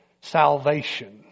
salvation